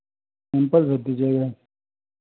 sample भेज दीजिएगा